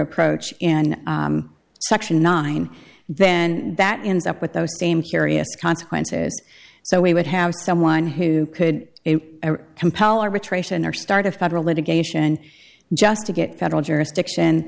approach in section nine then that ends up with those same serious consequences so we would have someone who could compel arbitration or start a federal litigation just to get federal jurisdiction